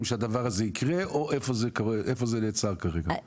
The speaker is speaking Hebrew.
שהדבר הזה יקרה או איפה זה נעצר כרגע.